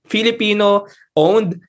Filipino-owned